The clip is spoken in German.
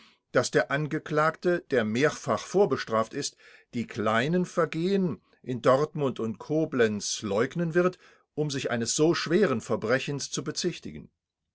daß der angeklagte der mehrfach vorbestraft ist die kleinen vergehen in dortmund und koblenz leugnen wird um sich eines so schweren verbrechens zu bezichtigen